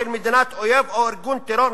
של מדינת אויב או של ארגון טרור,